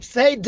Say